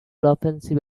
offensive